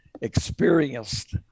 experienced